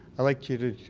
i'd like you to,